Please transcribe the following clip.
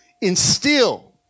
instill